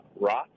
rot